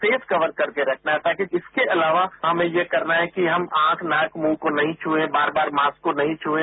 face cover करके रखना है ताकि इसके अलावा हमें यह करना है कि हम आंख नाक और मुंह को नहीं छुएं बार बार मास्क को बार बार नहीं छुएं